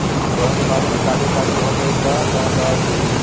गेहूं के बाली में काली काली हो गइल बा कवन दावा छिड़कि?